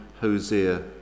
Hosea